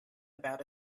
about